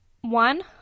one